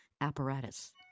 apparatus